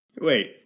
Wait